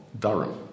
Durham